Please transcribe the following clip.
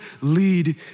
lead